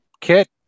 Kit